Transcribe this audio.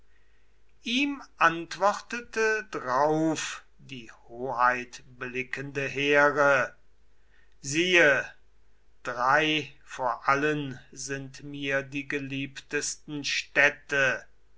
ihm antwortete drauf die hoheitblickende here siehe drei vor allen sind mir die geliebtesten städte